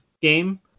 game